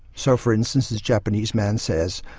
so for instance this japanese man says,